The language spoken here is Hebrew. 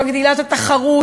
מגדילה את התחרות,